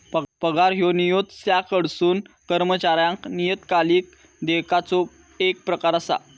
पगार ह्यो नियोक्त्याकडसून कर्मचाऱ्याक नियतकालिक देयकाचो येक प्रकार असा